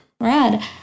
Rad